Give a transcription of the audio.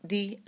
Die